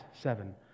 Seven